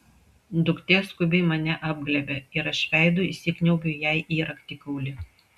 duktė skubiai mane apglėbia ir aš veidu įsikniaubiu jai į raktikaulį